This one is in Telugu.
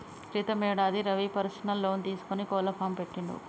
క్రితం యేడాది రవి పర్సనల్ లోన్ తీసుకొని కోళ్ల ఫాం పెట్టిండు